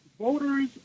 Voters